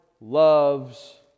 loves